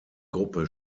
gruppe